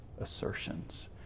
assertions